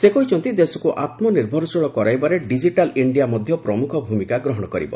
ସେ କହିଛନ୍ତି ଦେଶକୁ ଆତ୍ମନିର୍ଭରଶୀଳ କରାଇବାରେ ଡିଜିଟାଲ ଇଣ୍ଡିଆ ମଧ୍ୟ ପ୍ରମୁଖ ଭୂମିକା ଗ୍ରହଣ କରିବ